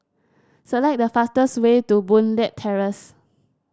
select the fastest way to Boon Leat Terrace